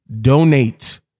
donate